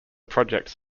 projects